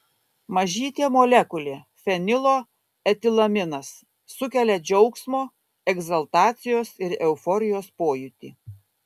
mažytė molekulė fenilo etilaminas sukelia džiaugsmo egzaltacijos ir euforijos pojūtį